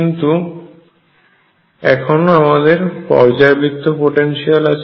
কিন্তু এখনো আমাদের পর্যায়বৃত্ত পোটেনশিয়াল আছে